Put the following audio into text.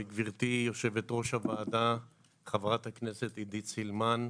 גברתי יושבת-ראש הוועדה חברת הכנסת עידית סילמן,